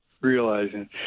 realizing